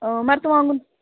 مرژٕوانٛگُن